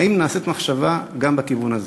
האם נעשית מחשבה גם בכיוון הזה?